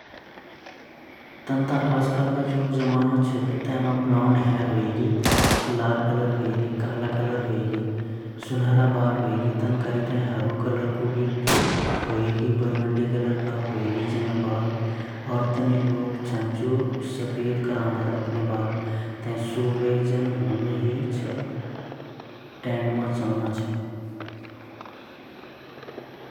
आजकल ता भई बालोँ बारा हम क्या ब्वोल सकन जेगी जन मर्जी ची तनि कलर कर दयोंडा मैन कलर ता काला छिन अर सफ़ेद छिन अर ज़रा-ज़रा केगा सुनहरा-सुनहरा वोना अर ब्राउन ब्राउन जन ववोन्दा वी कलर ची मैन और ता जेगी मर्ज़ी जन ची आज ब्यूटी पारलर मा जेक वनि कलर कर दयोंडा।